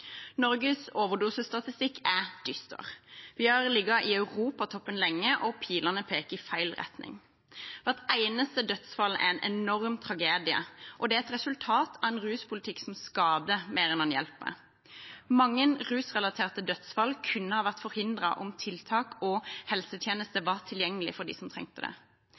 europatoppen lenge, og pilene peker i feil retning. Hvert eneste dødsfall er en enorm tragedie, og det er et resultat av en ruspolitikk som skader mer enn den hjelper. Mange rusrelaterte dødsfall kunne ha vært forhindret om tiltak og helsetjenester var tilgjengelige for dem som trengte det.